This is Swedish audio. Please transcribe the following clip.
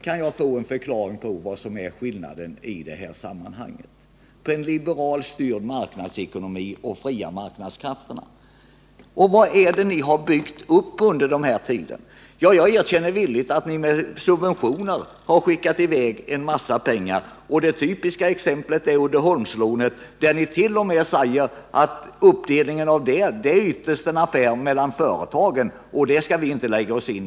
Kan jag få en förklaring på skillnaden mellan en liberalt styrd marknadsekonomi och de fria marknadskrafterna i det här sammanhanget? Vad är det ni har byggt upp under den tid ni varit i regeringsställning? Jag erkänner villigt att ni har använt en stor summa pengar till att subventionera olika företag. Det typiska exemplet är Uddeholmslånet. Ni säger t.o.m. att uppdelningen av pengarna ytterst är en affär mellan företagen, som vi inte skall lägga oss i.